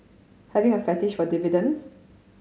having a fetish for dividends